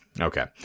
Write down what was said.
okay